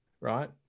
right